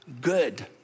good